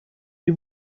die